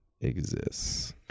exists